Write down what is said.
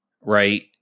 Right